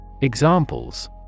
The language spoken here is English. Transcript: Examples